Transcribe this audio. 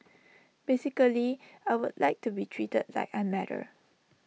basically I would like to be treated like I matter